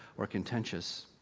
or contentious.